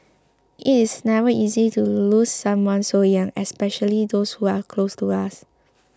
it is never easy to lose someone so young especially those who are close to us